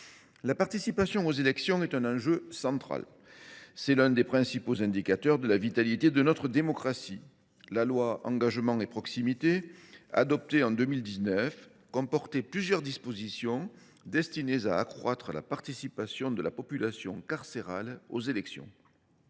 La participation aux élections est un enjeu central. C’est l’un des principaux indicateurs de la vitalité de notre démocratie. La loi Engagement et Proximité, adoptée en 2019, comportait plusieurs dispositions destinées à accroître la participation de la population carcérale aux élections.